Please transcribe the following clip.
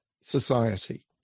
society